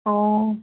অঁ